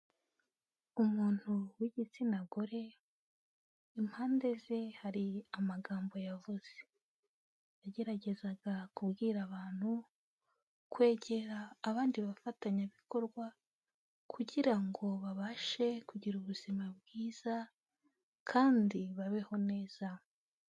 Umuntu wigitsina gore, impande ze hari amagambo yavuze, yageragezaga kubwira abantu kwegera abandi bafatanyabikorwa kugira ngo babashe kugira ubuzima bwiza kandi babeho neza.